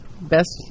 best